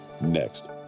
Next